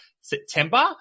September